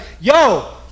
yo